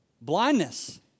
Blindness